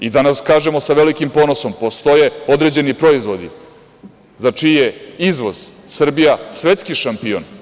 Danas kažemo sa velikim ponosom, postoje određeni proizvodi za čiji je izvoz Srbija svetski šampion.